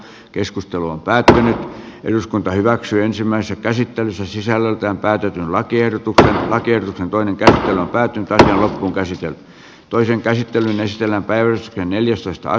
keskustelu on päättänyt eduskunta hyväksyi ensimmäisessä käsittelyssä sisällöltään päätetyn lakiehdotuksen lakien toinen käsi heilahtaa tytär on vesistön toisen käsittelyn ystävänpäivänä neljästoista